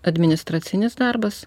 administracinis darbas